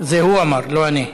זה הוא אמר, לא אני.